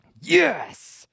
Yes